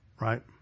right